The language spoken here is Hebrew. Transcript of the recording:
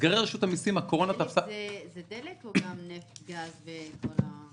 דלק זה דלק או גם נפט, גז וכל השאר?